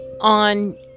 on